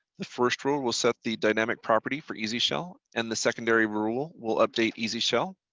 the first rule will set the dynamic property for easy shell and the secondary rule will update easy shell.